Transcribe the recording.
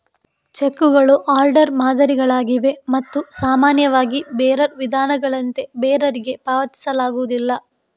ಚೆಕ್ಕುಗಳು ಆರ್ಡರ್ ಮಾದರಿಗಳಾಗಿವೆ ಮತ್ತು ಸಾಮಾನ್ಯವಾಗಿ ಬೇರರ್ ವಿಧಾನಗಳಂತೆ ಬೇರರಿಗೆ ಪಾವತಿಸಲಾಗುವುದಿಲ್ಲ